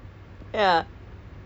tiring ah to smile